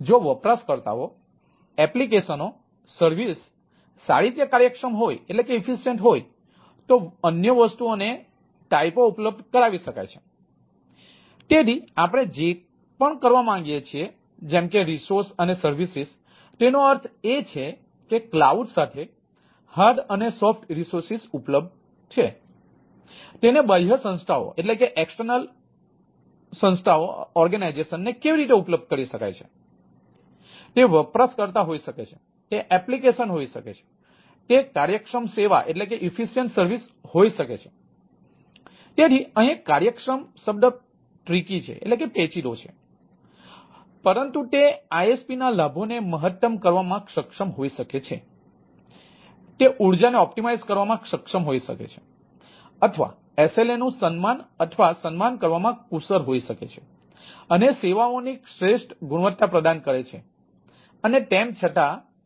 જો વપરાશકર્તાઓ એપ્લિકેશનો સર્વિસ સારી રીતે કાર્યક્ષમ હોય તો અન્ય વસ્તુઓને ટાઇપો ઉપલબ્ધ કરાવી શકાય છે તેથી આપણે જે પણ કરવા માંગીએ છીએ જેમ કે રિસોર્સ અને સર્વિસીસ